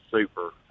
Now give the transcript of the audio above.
super